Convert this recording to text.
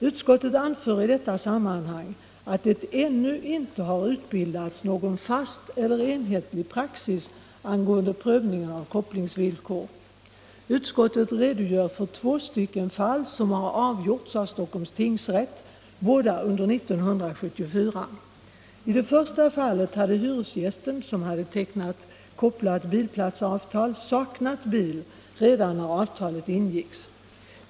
Utskottet anför i detta sammanhang att det ännu inte har utbildats någon fast eller enhetlig praxis angående prövningen av kopplingsvillkor. Utskottet redogör för två fall som har avgjorts vid Stockholms tingsrätt, båda under 1974. I det första fallet hade hyresgästen, som tecknat kopplat bilplatsavtal, saknat bil redan när avtalet ingicks.